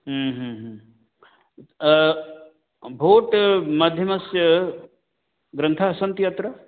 भोटमाध्यमस्य ग्रन्थाः सन्ति अत्र